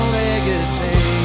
legacy